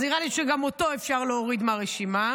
אז נראה לי שגם אותו אפשר להוריד מהרשימה.